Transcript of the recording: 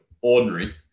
ordinary